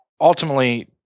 ultimately